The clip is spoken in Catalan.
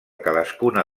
cadascuna